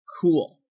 Cool